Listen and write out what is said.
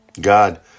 God